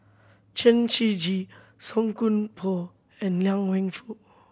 Chen Shiji Song Koon Poh and Liang Wenfu